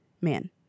man